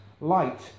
Light